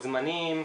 הדרומיים,